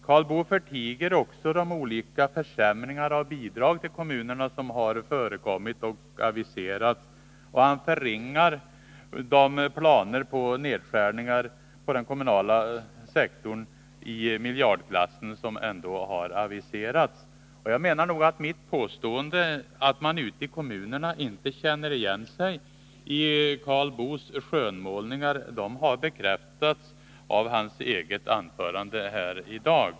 Karl Boo förtiger också de olika försämringar av bidragen till kommunerna som har förekommit och som har aviserats, och han förringar de planer på nedskärningar i miljardklassen inom den kommunala sektorn som har aviserats. Mitt påstående, att man ute i kommunerna inte känner igen sig i Karl Boos skönmålningar, har bekräftats av Karl Boos anförande här i dag.